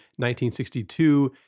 1962